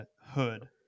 Hood